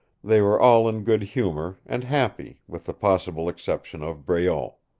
they were all in good humor, and happy, with the possible exception of breault.